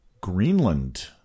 Greenland